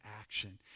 action